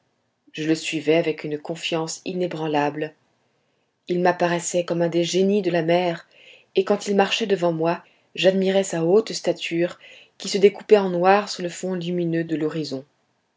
je le suivais avec une confiance inébranlable il m'apparaissait comme un des génies de la mer et quand il marchait devant moi j'admirais sa haute stature qui se découpait en noir sur le fond lumineux de l'horizon